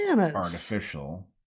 artificial